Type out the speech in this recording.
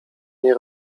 nie